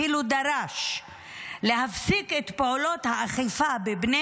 אפילו דרש להפסיק את פעולות האכיפה בבני